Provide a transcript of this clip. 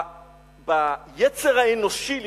ביצר האנושי לחיות,